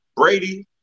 Brady